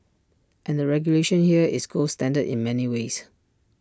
and the regulation here is gold standard in many ways